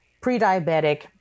pre-diabetic